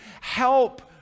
help